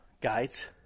guides